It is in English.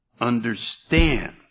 understand